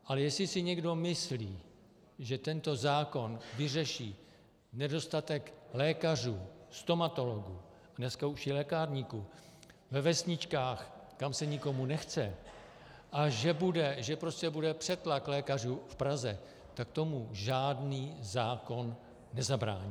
Ale jestli si někdo myslí, že tento zákon vyřeší nedostatek lékařů, stomatologů, dneska už i lékárníků ve vesničkách, kam se nikomu nechce, a že bude přetlak lékařů v Praze, tak tomu žádný zákon nezabrání.